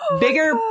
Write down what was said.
bigger